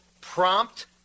prompt